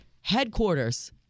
headquarters